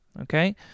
okay